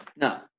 No